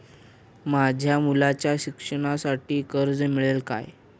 माझ्या मुलाच्या शिक्षणासाठी कर्ज मिळेल काय?